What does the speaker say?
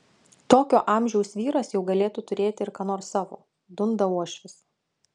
tokio amžiaus vyras jau galėtų turėti ir ką nors savo dunda uošvis